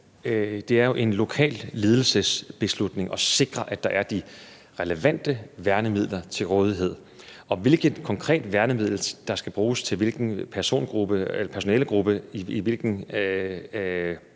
Det er jo en lokal ledelsesbeslutning at sikre, at der er de relevante værnemidler til rådighed, og hvilket konkret værnemiddel der skal bruges til hvilken personalegruppe i hvilken